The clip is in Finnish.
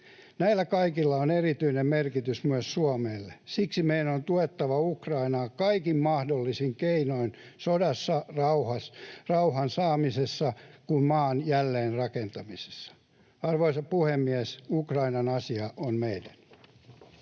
Näillä kaikilla on erityinen merkitys myös Suomelle. Siksi meidän on tuettava Ukrainaa kaikin mahdollisin keinoin niin sodassa, rauhan saamisessa kuin maan jälleenrakentamisessa. Arvoisa puhemies! Ukrainan asia on meidän.